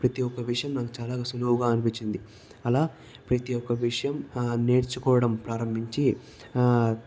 ప్రతి ఒక్క విషయం నాకు చాలా సులువుగా అనిపించింది అలా ప్రతి ఒక్క విషయం నేర్చుకోవడం ప్రారంభించి